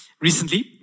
Recently